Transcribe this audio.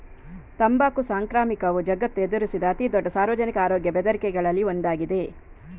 ತಂಬಾಕು ಸಾಂಕ್ರಾಮಿಕವು ಜಗತ್ತು ಎದುರಿಸಿದ ಅತಿ ದೊಡ್ಡ ಸಾರ್ವಜನಿಕ ಆರೋಗ್ಯ ಬೆದರಿಕೆಗಳಲ್ಲಿ ಒಂದಾಗಿದೆ